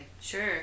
sure